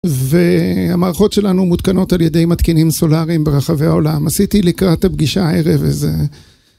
והמערכות שלנו מותקנות על ידי מתקינים סולאריים ברחבי העולם. עשיתי לקראת הפגישה הערב איזה..